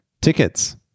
tickets